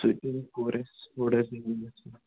تہٕ تٔمۍ کوٚر اَسہِ تھوڑا زمیٖنس